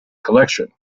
collection